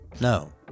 No